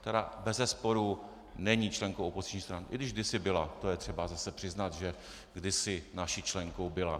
která bezesporu není členkou opoziční strany, i když kdysi byla, to je třeba zase přiznat, že kdysi naší členkou byla.